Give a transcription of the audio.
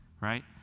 right